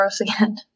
again